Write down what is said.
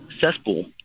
cesspool